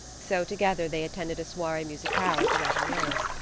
so together they attended a soiree musicale at the ratignolles'.